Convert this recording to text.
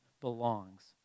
belongs